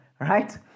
Right